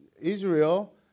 Israel